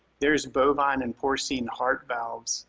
there's bovine and porcine heart valves.